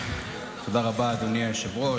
תודה רבה, אדוני היושב-ראש.